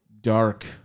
dark